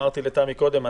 כפי שאמרתי לתמי קודם,